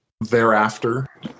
thereafter